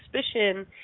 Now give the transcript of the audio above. suspicion